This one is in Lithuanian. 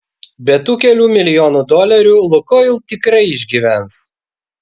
be tų kelių milijonų dolerių lukoil tikrai išgyvens